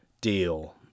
deal